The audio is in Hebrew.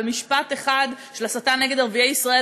במשפט אחד של הסתה נגד ערביי ישראל,